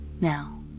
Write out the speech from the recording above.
Now